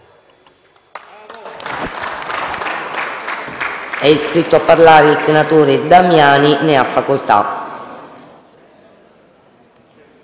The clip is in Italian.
È iscritto a parlare il senatore Damiani. Ne ha facoltà.